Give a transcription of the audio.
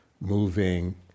moving